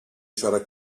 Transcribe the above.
siarad